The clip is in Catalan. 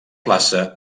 plaça